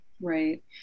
Right